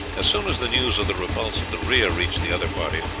as soon as the news of the repulse at the rear reached the other parties,